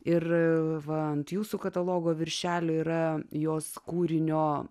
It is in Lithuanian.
ir va ant jūsų katalogo viršelio yra jos kūrinio